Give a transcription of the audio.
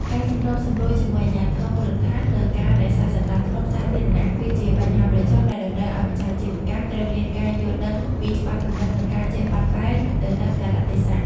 ការសម្របសម្រួលជាមួយអាជ្ញាធរមូលដ្ឋានលើការរក្សាសណ្ដាប់ធ្នាប់សាធារណៈ គឺជាបញ្ហាប្រឈមដែលតម្រូវឱ្យម្ចាស់អាជីវកម្មត្រូវមានការយល់ដឹងពីច្បាប់ទម្លាប់ និងការចេះបត់បែនទៅតាមកាលៈទេសៈ។